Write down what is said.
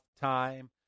time